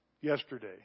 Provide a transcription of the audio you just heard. yesterday